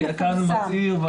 אני כאן מצהיר,